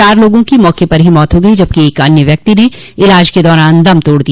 चार लोगों की मौके पर ही मौत हो गई जबकि एक व्यक्ति ने इलाज के दौरान दम तोड़ दिया